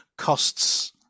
Costs